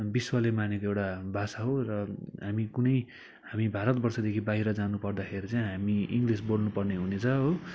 विश्वले मानेको एउटा भाषा हो र हामी कुनै हामी भारतवर्षदेखि बाहिर जानु पर्दाखेरि चाहिँ हामी इङ्लिस् बोल्नुपर्ने हुनेछ हो